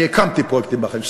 אני הקמתי פרויקטים בחיים שלי.